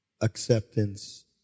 acceptance